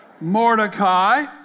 Mordecai